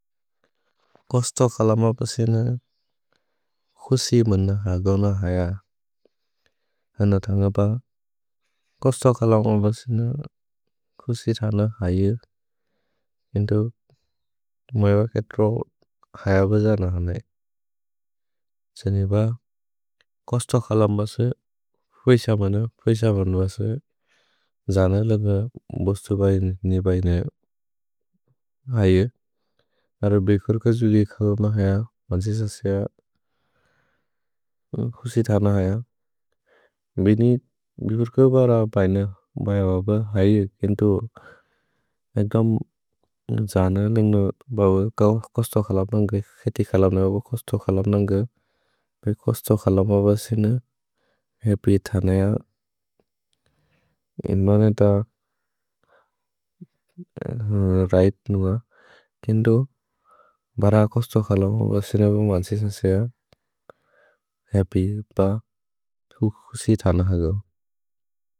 कौस्त कलम बसेन खुसि मन हगौन हैअ। हन थन्ग ब कौस्त कलम बसेन खुसि थन हैअ। हिन्तु मएव केत्र हैअ बजन हने। छ्हनि ब कौस्त कलम बसेन फुएश मन फुएश मन् बसेन। जन लग बोस्तु बैने बैने हैअ। हरो बेकर्क जुगे खलमन हैअ। मन्जि सस्य खुसि थन हैअ। भिनि बिफुर्क बर बैने बैने बब हैअ। हिन्तु अगम् जन लिन्ग बब। कौस्त कलम केति खलमन बब। कौस्त कलम बसेन फुएश थन हैअ। हिन्त् मने त रिघ्त् नुअ। हिन्तु बर कौस्त कलम बसेन ब मन्जि सस्य हप्प्य् ब खुसि थन हगौन।